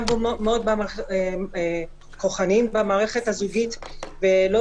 גם מאוד כוחניים במערכת הזוגית ולא